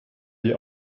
die